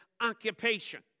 occupation